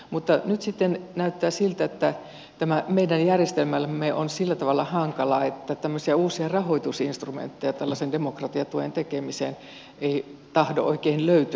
mutta nyt sitten näyttää siltä että tämä meidän järjestelmämme on sillä tavalla hankala että uusia rahoitusinstrumentteja tällaisen demokratiatuen tekemiseen ei tahdo oikein löytyä